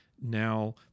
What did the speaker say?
Now